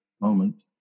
moment